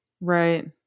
Right